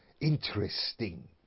interesting